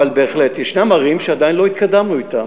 אבל בהחלט יש ערים שעדיין לא התקדמנו אתן,